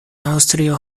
aŭstrio